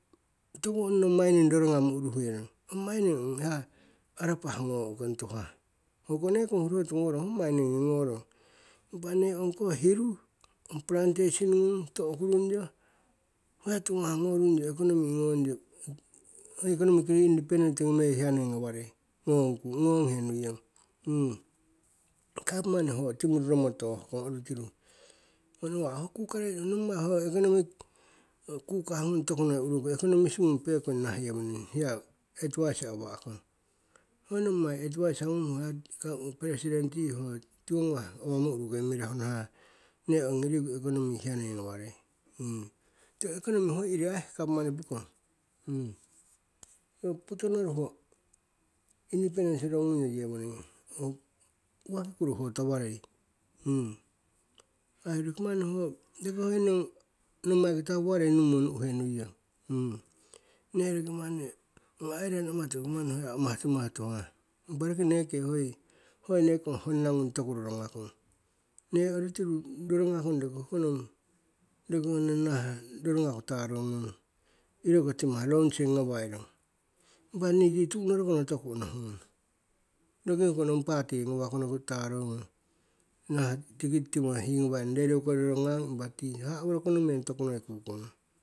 Toku ong nong mining roro gnammo uruherong ong mining aarapah ngoo'kong tuuhah. Hoko nekong hurohurotu ho miningi ongorong. Impah nee ong koh hiru, ong plantation gnung tohkurungyo ho hai tiwo gnawah gnorungyo economy ngonyo economically independent gnomeingyo hia noii gnawarie, gnong kung, gnong he nuiyong. Gapmani ho timuru romo tooh kong oru tiru, nawah ho kukahhrie nommai ho economic kukah gnung toku noii urukong, economist gung pekong nah yewoninang hiya advise awa'kong. Hoi nommai adviser gnung ho president yii ho tiwo ghawah gung awamo urukuii ho hia naaha ne ongi riku economy hia noii gawarie. Tiko economy ho iri gapmani pokong. Ho putono ruho independence rorognungyo yewoning, uwaki kuroho tawarei, ai roki hoi nong nommaiki taapuwarei nummo nu'henuiyong, nee roki manni ong ailen ammatu ho hia ammah timah tuhah impah roki nee kee hoi neekong honna gnung toku rorongakong nee orutiru rorognakong roki hoko nong nahah rorongaku tarongong iroko timah launching gawairong impah nii tii tuhnorokono toku onohungong roki ho gnong pati gnawahkonoki tarognong naahah tiki timah yee gnawairono radio kori rorognang impah ti haahah worokono meng toku noii kuukognong.